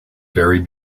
very